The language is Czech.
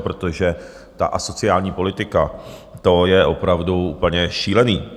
Protože ta asociální politika, to je opravdu šílené.